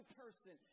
person